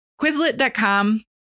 Quizlet.com